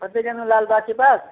फतेहगंज में लाल बाग के पास